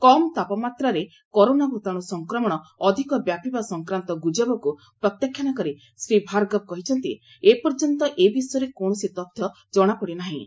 କମ୍ ତାପମାତ୍ରାରେ କରୋନା ଭତାଣ୍ର ସଂକ୍ରମଣ ଅଧିକ ବ୍ୟାପିବା ସଂକ୍ରାନ୍ତ ଗ୍ରଜବକ୍ତ ପ୍ରତ୍ୟାଖ୍ୟାନ କରି ଶ୍ରୀ ଭାର୍ଗବ କହିଛନ୍ତି ଏପର୍ଯ୍ୟନ୍ତ ଏ ବିଷୟରେ କୌଣସି ତଥ୍ୟ ଜଣାପଡ଼ି ନାହିଁ